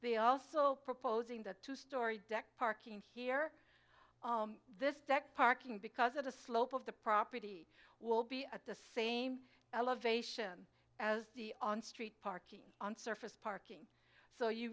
they also proposing that two story deck parking here this deck parking because of the slope of the property will be at the same elevation as the on street parking on surface parking so you